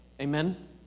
Amen